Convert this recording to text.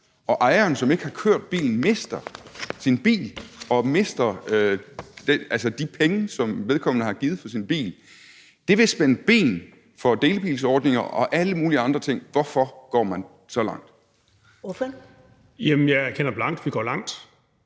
Og ejeren, som ikke har kørt bilen, mister sin bil og altså de penge, som vedkommende har givet for sin bil. Det vil spænde ben for delebilsordninger og alle mulige andre ting. Hvorfor går man så langt? Kl. 10:06 Første næstformand (Karen